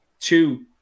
two